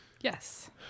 Yes